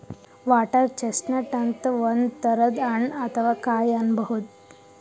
water chestnut ಅಂತ್ ಒಂದ್ ತರದ್ ಹಣ್ಣ್ ಅಥವಾ ಕಾಯಿ ಅನ್ಬಹುದ್